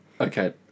Okay